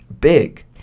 big